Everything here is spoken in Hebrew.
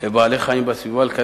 ועזובה ובעלי-חיים רועים בין